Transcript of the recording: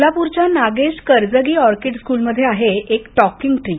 सोलापूरच्या Nagesh Karajagi Orchid School मध्ये आहे एक टॉकिंग ट्रि